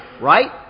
right